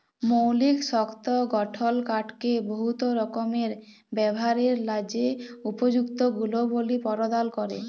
মৌলিক শক্ত গঠল কাঠকে বহুত রকমের ব্যাভারের ল্যাযে উপযুক্ত গুলবলি পরদাল ক্যরে